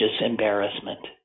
embarrassment